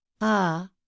Ah